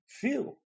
Feel